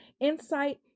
insight